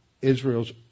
Israel's